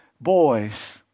boys